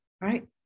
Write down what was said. right